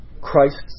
Christ's